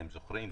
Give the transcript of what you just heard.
אתם זוכרים?